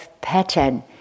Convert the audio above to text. pattern